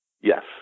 Yes